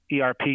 ERP